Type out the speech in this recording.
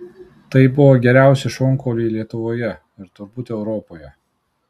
tai buvo geriausi šonkauliai lietuvoje ir turbūt europoje